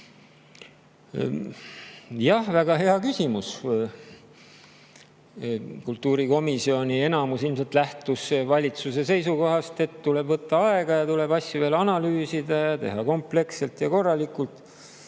Jah, väga hea küsimus. Kultuurikomisjoni enamus ilmselt lähtus valitsuse seisukohast, et tuleb võtta aega ja tuleb asju veel analüüsida, teha kompleksselt ja korralikult.